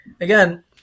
again